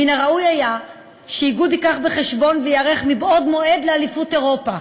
מן הראוי היה שהאיגוד יביא בחשבון וייערך מבעוד מועד לאליפות אירופה,